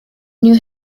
new